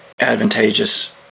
advantageous